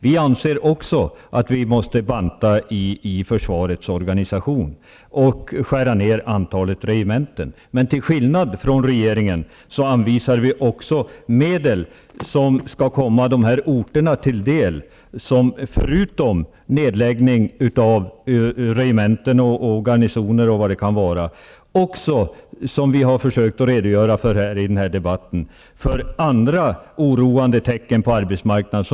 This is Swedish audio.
Vi anser också att försvarets organisation måste bantas och antalet regementen skäras ned, men till skillnad från regeringen anvisar vi medel som skall komma de här orterna till del, som förutom nedläggning av regementen och garnisoner m.m. ser andra oroande tecken på arbetsmarknaden.